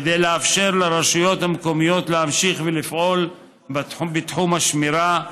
כדי לאפשר לרשויות המקומיות להמשיך לפעול בתחום השמירה,